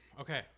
okay